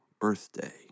birthday